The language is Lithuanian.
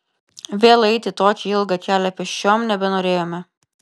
vėl eiti tokį ilgą kelią pėsčiom nebenorėjome